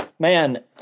Man